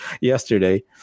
yesterday